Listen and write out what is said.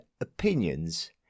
opinions